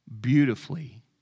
beautifully